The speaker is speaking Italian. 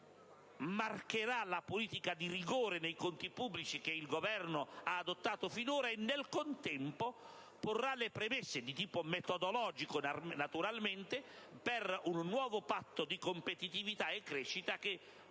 altro verso marcherà la politica di rigore nei conti pubblici che il Governo ha adottato finora, ponendo, nel contempo, le premesse di tipo metodologico per un nuovo patto di competitività e crescita che si